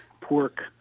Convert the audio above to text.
pork